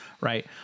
right